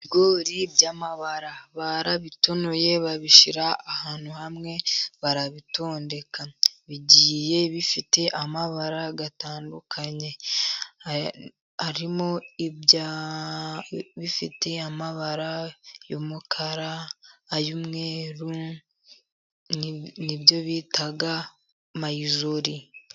Ibigori by'amabara barabitonoye babishyira ahantu hamwe barabitondeka ,bigiye bifite amabara atandukanye, harimo ibifite amabara y'umukara ay'umweru, nibyo bita mayizori.